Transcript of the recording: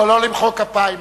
לא למחוא כפיים.